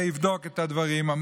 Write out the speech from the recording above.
לבדוק את הדברים,